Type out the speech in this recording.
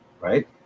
right